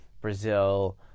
Brazil